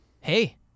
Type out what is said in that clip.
Hey